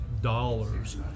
dollars